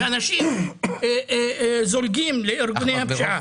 אנשים זולגים לארגוני הפשיעה.